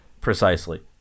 Precisely